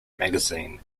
magazine